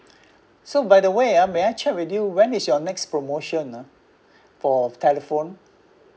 so by the way ah may I check with you when is your next promotion ah for telephone